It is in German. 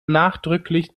nachdrücklich